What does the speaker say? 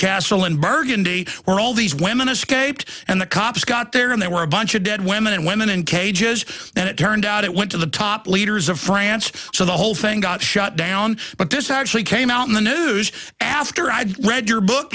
castle in burgundy where all these women escaped and the cops got there and there were a bunch of dead women and women in cages and it turned out it went to the top leaders of france so the whole thing got shut down but this actually came out in the news after i had read your book